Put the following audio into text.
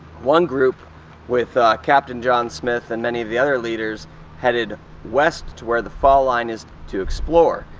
one group with captain john smith and many of the other leaders headed west to where the fall line is to explore.